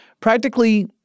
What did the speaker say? Practically